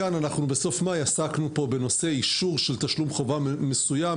בסוף מאי עסקנו פה בנושא אישור של תשלום חובה מסוים,